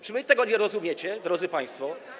Czy wy tego nie rozumiecie, drodzy państwo?